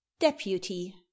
Deputy